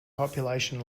population